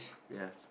ya